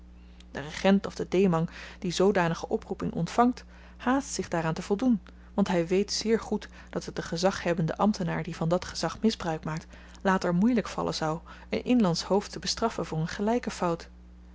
de regent of de dhemang die zoodanige oproeping ontvangt haast zich daaraan te voldoen want hy weet zeer goed dat het den gezaghebbenden ambtenaar die van dat gezag misbruik maakt later moeielyk vallen zou een inlandsch hoofd te bestraffen over een gelyke fout